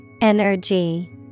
Energy